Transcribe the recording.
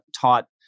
taught